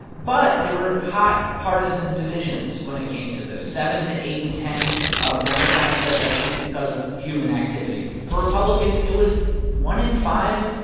but there were hot partisan divisions when it came to this. seven to eight in ten of democrats said that it's because of human activity. for republicans, it was one in five,